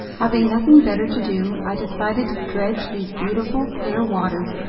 having nothing better to do, i decided to dredge these beautiful, clear waters,